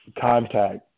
contact